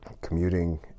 commuting